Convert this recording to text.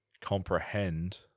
comprehend